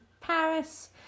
Paris